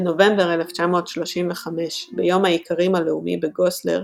בנובמבר 1935, ביום האיכרים הלאומי בגוסלר,